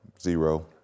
Zero